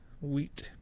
wheat